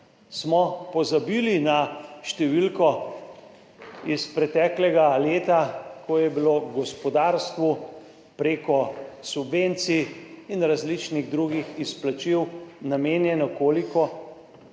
Smo pozabili na številko iz preteklega leta, ko je bilo gospodarstvu prek subvencij in različnih drugih izplačil namenjenih – koliko?